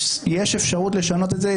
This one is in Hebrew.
יש אפשרות לשנות את זה.